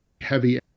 heavy